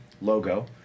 logo